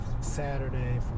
Saturday